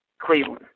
Cleveland